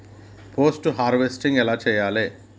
Post harvesting ఎలా చెయ్యాలే?